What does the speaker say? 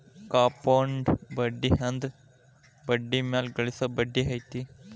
compound ಬಡ್ಡಿ ಅಂದ್ರ ಬಡ್ಡಿ ಮ್ಯಾಲೆ ಗಳಿಸೊ ಬಡ್ಡಿ ಐತಿ